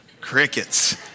Crickets